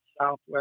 southwest